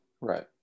right